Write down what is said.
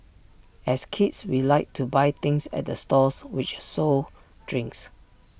as kids we liked to buy things at the stalls which sold drinks